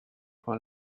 for